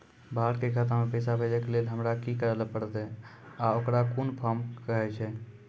बाहर के खाता मे पैसा भेजै के लेल हमरा की करै ला परतै आ ओकरा कुन फॉर्म कहैय छै?